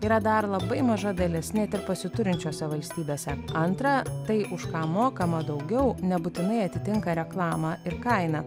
yra dar labai maža dalis net ir pasiturinčiose valstybėse antra tai už ką mokama daugiau nebūtinai atitinka reklamą ir kainą